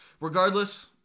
regardless